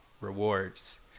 rewards